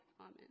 Amen